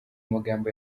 magambo